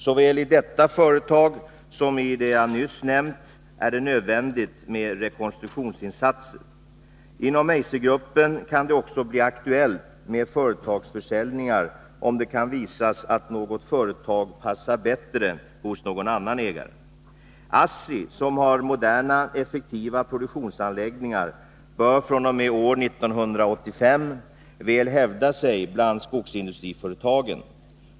Såväl i detta företag som i de jag nyss nämnt är det nödvändigt med rekonstruktionsinsatser. Inom Eisergruppen kan det också bli aktuellt med företagsförsäljningar, om det kan visas att något företag passar bättre hos någon annan ägare. ASSI, som har moderna effektiva produktionsanläggningar, bör fr.o.m. 1985 väl hävda sig bland skogsindustriföretagen.